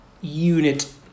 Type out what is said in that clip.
unit